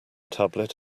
tablet